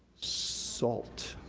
salt,